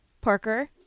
Parker